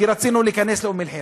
כי רצינו להיכנס לאום-אלחיראן.